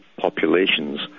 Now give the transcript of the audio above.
populations